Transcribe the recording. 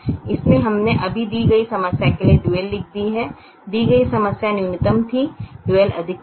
इसलिए हमने अब दी गई समस्या के लिए डुअल लिख दी है दी गई समस्या न्यूनतम थी डुअल अधिकतम है